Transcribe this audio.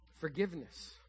Forgiveness